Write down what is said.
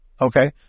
Okay